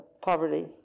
poverty